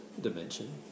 dimension